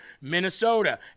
Minnesota